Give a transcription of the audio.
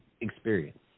experience